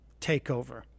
takeover